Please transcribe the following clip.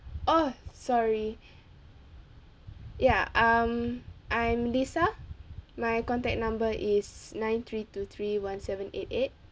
oh sorry ya um I'm lisa my contact number is nine three two three one seven eight eight